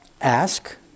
ask